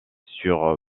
sur